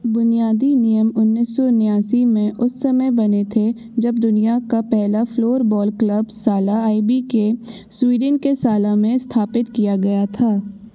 बुनियादी नियम उन्नीस सौ उन्यासी में उस समय बने थे जब दुनिया का पहला floorball club Sala I B के स्वीडन के साला में स्थापित किया गया था